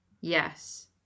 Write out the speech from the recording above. Yes